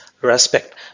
respect